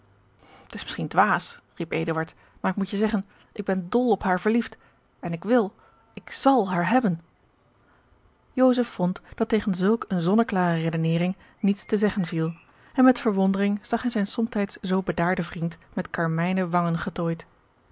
t is misschien dwaas riep eduard maar ik moet je zeggen ik ben dol op haar verliefd en ik wil ik zal haar hebben joseph vond dat tegen zulk eene zonneklare redenering niets george een ongeluksvogel te zeggen viel en met verwondering zag hij zijn somtijds zoo bedaarden vriend met karmijne wangen getooid